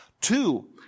Two